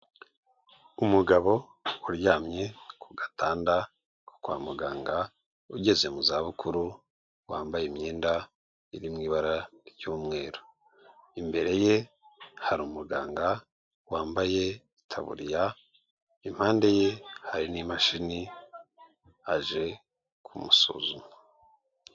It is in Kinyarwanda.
Umugabo uryamye ku gatanda ko kwa muganga ugeze mu izabukuru wambaye imyenda iri mu ibara ry'umweru, imbere ye hari umuganga wambaye taburiya impande ye hari n'imashini aje kumusuzuma.